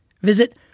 visit